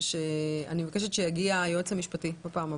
לפיו אני מבקשת שבפעם הבאה יגיע היועץ המשפטי.